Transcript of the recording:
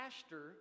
pastor